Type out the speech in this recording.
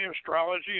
astrology